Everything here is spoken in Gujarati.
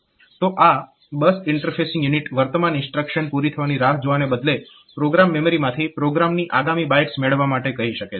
તો આ બસ ઇન્ટરફેસીંગ યુનિટ વર્તમાન ઇન્સ્ટ્રક્શન પૂરી થવાની રાહ જોવાને બદલે પ્રોગ્રામ મેમરીમાંથી પ્રોગ્રામની આગામી બાઇટ્સ મેળવવા માટે કહી શકે છે